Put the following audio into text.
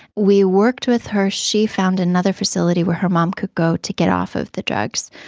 we worked with her, she found another facility where her mom could go to get off of the drugs.